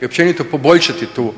i općenito poboljšati tu